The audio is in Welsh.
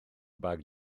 bag